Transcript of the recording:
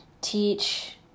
teach